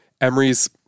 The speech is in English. Emery's